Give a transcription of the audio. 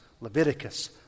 Leviticus